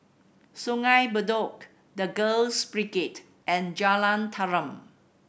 Sungei Bedok The Girls Brigade and Jalan Tarum